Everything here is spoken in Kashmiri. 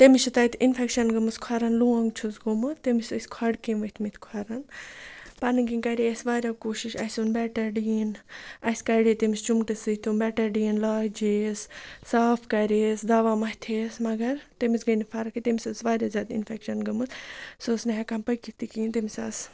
تٔمِس چھِ تَتہِ اِنفٮ۪کشَن گٔمٕژ کھۄرَن لونٛگ چھُس گوٚمُت تٔمِس ٲسۍ کھۄڈٕ کیٚمۍ ؤتھۍ مٕتۍ کھۄرَن پںٕنۍ کِنۍ کرے اَسہِ واریاہ کوٗشِش اَسہِ اوٚن بٮ۪ٹَڈیٖن اَسہِ کَڑے تٔمِس چُمٹہٕ سۭتۍ تٕم بٮ۪ٹَڈیٖن لاجے یَس صاف کَرے یَس دَوا مَتھے یَس مگر تٔمِس گٔے نہٕ فرقٕے تٔمِس ٲس واریاہ زیادٕ اِنفٮ۪کشَن گٔمٕژ سُہ ٲس نہٕ ہٮ۪کان پٔکِتھ تہِ کِہیٖنۍ تٔمِس آسہٕ